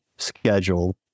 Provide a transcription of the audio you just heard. Schedule